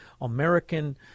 American